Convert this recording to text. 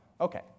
Okay